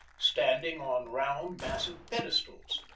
standing on round massive pedestals.